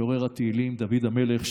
משורר התהילים דוד המלך,